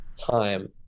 time